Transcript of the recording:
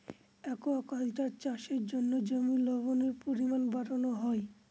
aquaculture চাষের জন্য জমির লবণের পরিমান বাড়ানো হয়